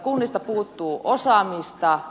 kunnista puuttuu osaamista